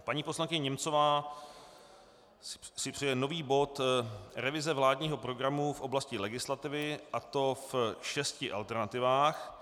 Paní poslankyně Němcová si přeje nový bod revize vládního programu v oblasti legislativy, a to v šesti alternativách.